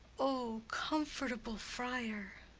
o comfortable friar!